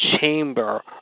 Chamber